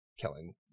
killing